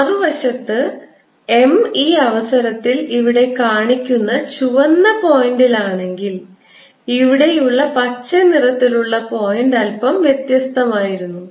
മറുവശത്ത് M ഈ അവസരത്തിൽ ഇവിടെ കാണിക്കുന്ന ചുവന്ന പോയിന്റിലാണെങ്കിൽ ഇവിടെയുള്ള പച്ചനിറത്തിലുള്ള പോയിന്റ് അല്പം വ്യത്യസ്തമായിരുന്നു